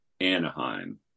Anaheim